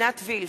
עינת וילף,